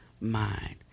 mind